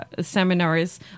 seminars